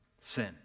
sin